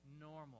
normal